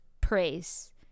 praise